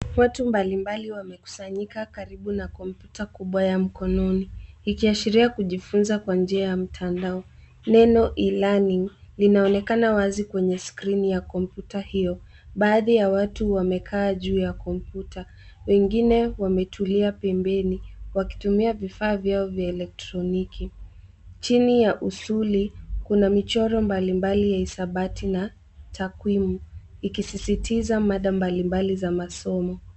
Watu mbalimbali wamekusanyika karibu na kompyuta kubwa ya mkononi ikiashiria kujifunza kwa njia ya mtandao, neno e-learning linaonekana wazi kwenye skrini ya kompyuta hiyo, baadhi ya watu wamekaa juu ya kompyuta, wengine wametulia pembeni wakitumia vifaa vyao vya eletroniki. Chini ya usuli kuna michoro mbalimbali ya hisabati na takwimu ikisisitiza mada mbalimbali za masomo.